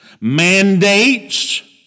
mandates